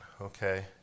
okay